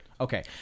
Okay